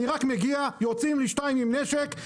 אני רק מגיע יוצאים לי שניים עם נשק,